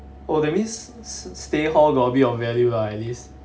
oh that means stay hall got a bit of value ah at least